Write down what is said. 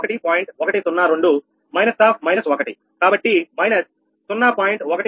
102 −−1 కాబట్టి −0